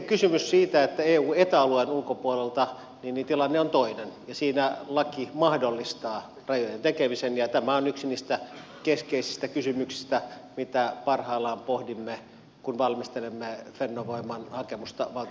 mitä sitten tulee kysymykseen eta alueen ulkopuolisista tahoista niin tilanne on toinen ja siinä laki mahdollistaa rajojen tekemisen ja tämä on yksi niistä keskeisistä kysymyksistä mitä parhaillaan pohdimme kun valmistelemme fennovoiman hakemusta valtioneuvoston käsittelyyn